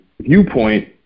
viewpoint